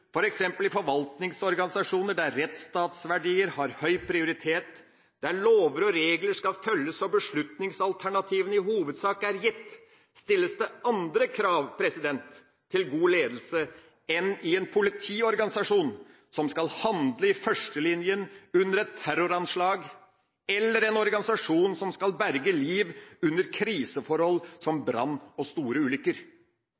i forvaltningsorganer der rettsstatsverdier har høy prioritet, der lover og regler skal følges og beslutningsalternativene i hovedsak er gitt, stilles det andre krav til god ledelse enn i en politiorganisasjon som skal handle i førstelinjen under et terroranslag eller i en organisasjon som skal berge liv under kriseforhold